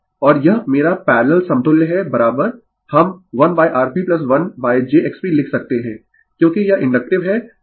और यह मेरा पैरलल समतुल्य है हम 1Rp1jXP लिख सकते है क्योंकि यह इंडक्टिव है तो 1jXP